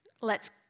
lets